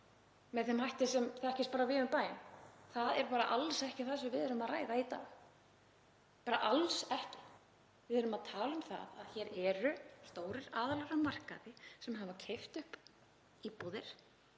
með þeim hætti sem þekkist víða um bæ — það er alls ekki það sem við erum að ræða í dag, bara alls ekki. Við erum að tala um það að hér hafa stórir aðilar á markaði keypt upp íbúðir,